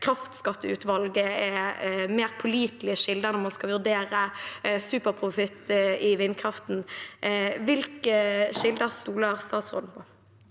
kraftskatteutvalget er mer pålitelige kilder når man skal vurdere superprofitt i vindkraften. Hvilke kilder stoler statsråden på?